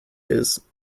his